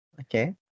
okay